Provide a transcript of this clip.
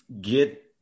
get